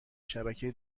شبکه